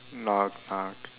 knock knock